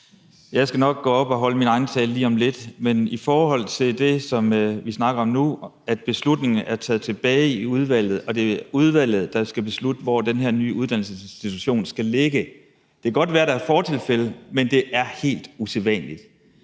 Jeg skal nok gå op og holde min egen tale lige om lidt, men i forhold til det, som vi snakker om nu, nemlig at beslutningen er taget tilbage til udvalget og det er udvalget, der skal beslutte, hvor den her nye uddannelsesinstitution skal ligge, kan det godt være, at der er fortilfælde, men det er helt usædvanligt.